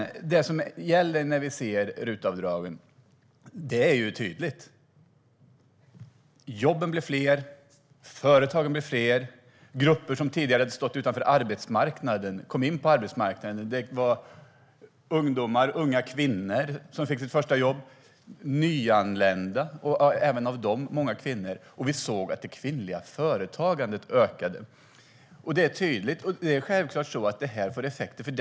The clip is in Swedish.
Vad vi ser när det gäller RUT-avdragen är tydligt: Jobben blir fler, företagen blir fler och grupper som tidigare stått utanför arbetsmarknaden kommer in på arbetsmarknaden. Det handlar om ungdomar och unga kvinnor som får sitt första jobb, liksom om nyanlända och även bland dem många kvinnor. Vi såg att det kvinnliga företagandet ökade. Det är tydligt. Självklart får detta effekter.